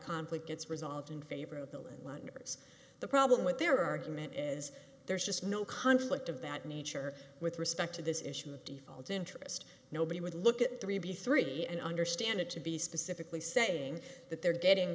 conflict gets resolved in favor of the and wonders the problem with their argument is there's just no conflict of that nature with respect to this issue of default interest nobody would look at three b three and understand it to be specifically saying that they're getting